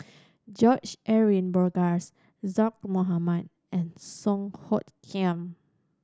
George Edwin Bogaars Zaqy Mohamad and Song Hoot Kiam